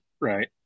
right